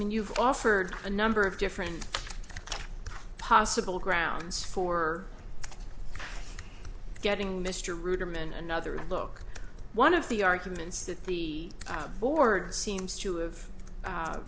mean you've offered a number of different possible grounds for getting mr ruderman another look one of the arguments that the board seems to have